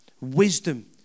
Wisdom